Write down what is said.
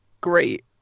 great